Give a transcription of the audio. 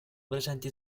presenti